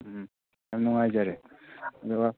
ꯎꯝ ꯌꯥꯝ ꯅꯨꯡꯉꯥꯏꯖꯔꯦ ꯑꯗꯨꯒ